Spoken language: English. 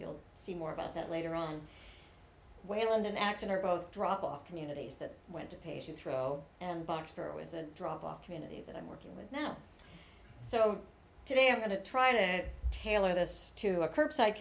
you'll see more about that later on wayland in action or both drop off communities that went to pay should throw and bucks for it was a drop off community that i'm working with now so today i'm going to try to tailor this to a curbside